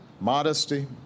modesty